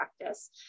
practice